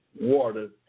water